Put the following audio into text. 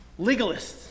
Legalists